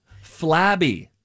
flabby